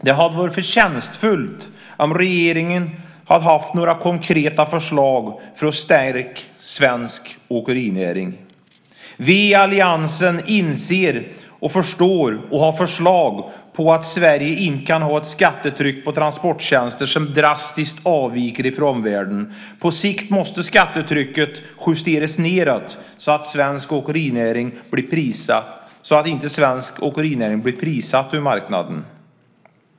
Det hade varit förtjänstfullt om regeringen hade haft några konkreta förslag för att stärka svensk åkerinäring. Vi i alliansen inser och förstår att Sverige inte kan ha ett skattetryck på transporttjänster som drastiskt avviker från omvärlden. Vi har också förslag på detta område. På sikt måste skattetrycket justeras nedåt så att inte svensk åkerinäring blir prissatt ur marknaden.